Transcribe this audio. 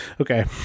Okay